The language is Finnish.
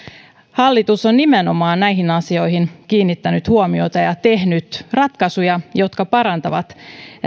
hallitus on nimenomaan näihin asioihin kiinnittänyt huomiota ja tehnyt ratkaisuja jotka parantavat